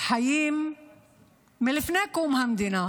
חיים מלפני קום המדינה